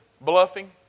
bluffing